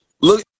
Look